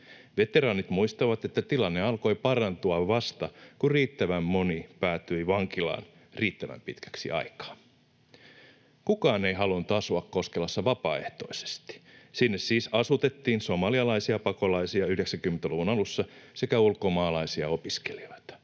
Veteraanit muistavat, että tilanne alkoi parantua vasta kun riittävän moni päätyi vankilaan riittävän pitkäksi aikaa. Kukaan ei halunnut asua Koskelassa vapaaehtoisesti. Sinne siis asutettiin somalialaisia pakolaisia 90‑luvun alussa sekä ulkomaalaisia opiskelijoita.